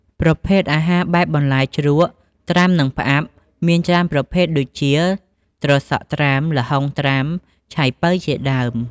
ប្រភេទអាហារបែបបន្លែជ្រក់ ត្រាំ និងផ្អាប់ មានច្រើនប្រភេទដូចជា ត្រសក់ត្រាំ ល្ហុងត្រាំ ឆៃពៅជាដើម។